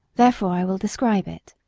therefore i will describe it.